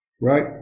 right